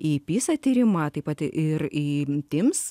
į pisa tyrimą taip pat ir į tims